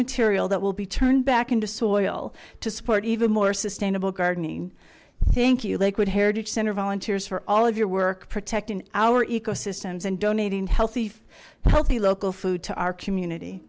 material that will be turned back into soil to support even more sustainable gardening thank you lakewood heritage center volunteers for all of your work protecting our ecosystems and donating healthy healthy local food to our community